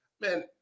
man